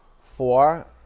Four